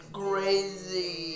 crazy